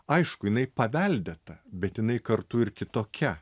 aišku jinai paveldėta bet jinai kartu ir kitokia